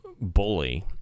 bully